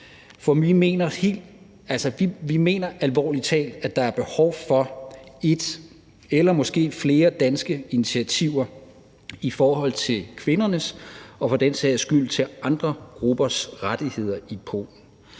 For vi mener alvorlig talt, at der er behov for et eller måske flere danske initiativer i forhold til kvindernes og for den sags skyld andre gruppers rettigheder i Polen.